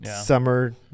summer